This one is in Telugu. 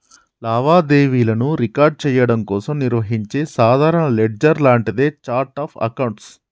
లావాదేవీలను రికార్డ్ చెయ్యడం కోసం నిర్వహించే సాధారణ లెడ్జర్ లాంటిదే ఛార్ట్ ఆఫ్ అకౌంట్స్